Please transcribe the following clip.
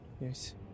Yes